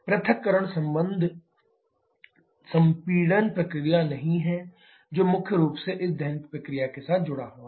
पृथक्करण संबद्ध संपीड़न प्रक्रिया नहीं है जो मुख्य रूप से इस दहन प्रक्रिया के साथ जुड़ा हुआ है